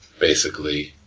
basically.